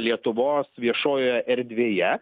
lietuvos viešojoje erdvėje